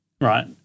right